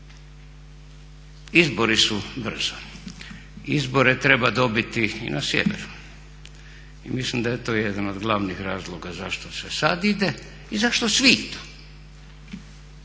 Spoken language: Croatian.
Izbori su brzo, izbore treba dobiti na sjeveru i mislim da je to jedan od glavnih razloga zašto se sada ide i zašto svi idu.